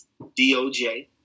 DOJ